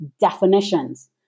definitions